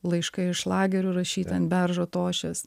laiškai iš lagerių rašyti ant beržo tošies